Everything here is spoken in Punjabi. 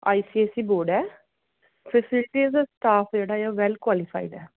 ਆਈਸੀਐੱਸਈ ਬੋਰਡ ਹੈ ਫੈਸਿਲਿਟੀਜ ਸਟਾਫ ਜਿਹੜਾ ਹੈ ਵੈਲ ਕੁਆਲੀਫਾਈਡ ਹੈ